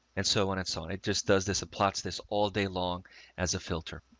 and so when it's on, it just does this apply to this all day long as a filter.